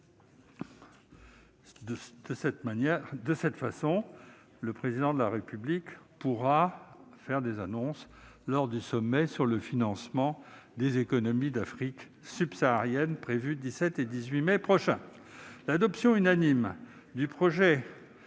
Sahel. Aussi le Président de la République pourra-t-il faire des annonces lors du Sommet sur le financement des économies d'Afrique subsaharienne prévu le 18 mai prochain. L'adoption unanime du projet